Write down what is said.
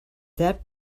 that